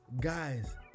guys